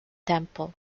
temple